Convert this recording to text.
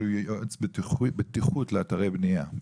יועץ בטיחות לאתרי בנייה.